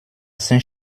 saint